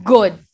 Good